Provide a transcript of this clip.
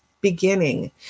beginning